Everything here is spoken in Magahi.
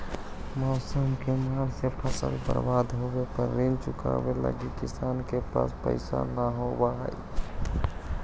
मौसम के मार से फसल बर्बाद होवे पर ऋण चुकावे लगी किसान के पास पइसा न होवऽ हइ